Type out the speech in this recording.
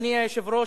אדוני היושב-ראש,